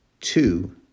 two